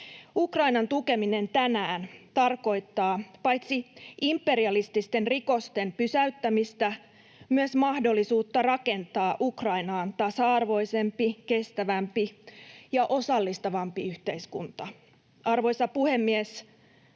”Ukrainan tukeminen tänään tarkoittaa paitsi imperialististen rikosten pysäyttämistä myös mahdollisuutta rakentaa Ukrainaan tasa-arvoisempi, kestävämpi ja osallistavampi yhteiskunta.” Arvoisa puhemies!